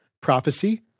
prophecy